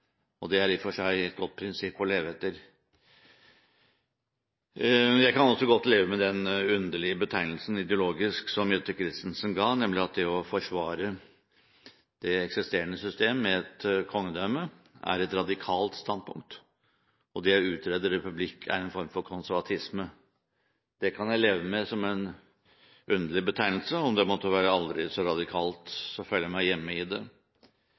det er i og for seg et godt prinsipp å leve etter. Jeg kan også leve godt med den underlige betegnelsen ideologisk som Jette Christensen ga, nemlig at det å forsvare det eksisterende system med et kongedømme er et radikalt standpunkt, og at det å utrede republikk er en form for konservatisme. Det kan jeg leve med som en underlig betegnelse. Om det måtte være aldri så radikalt, føler jeg meg hjemme i det.